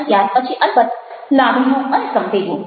અને ત્યાર પછી અલબત્ત લાગણીઓ અને સંવેગો